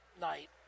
night